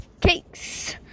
cakes